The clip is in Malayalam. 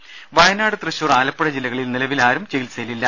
രേര വയനാട് തൃശൂർ ആലപ്പുഴ ജില്ലകളിൽ നിലവിൽ ആരും ചികിത്സയിൽ ഇല്ല